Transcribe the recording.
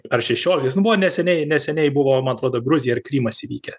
ar šešioliktas nu buvo neseniai neseniai buvo man atrodo gruzija ir krymas įvykę